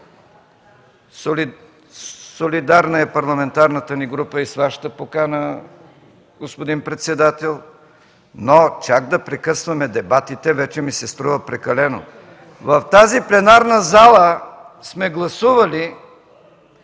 Солидарна е парламентарната ни група и с Вашата покана, господин председател, но чак да прекъсваме дебатите, вече ми се струва прекалено. В тази пленарна зала сме гласували